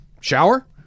Shower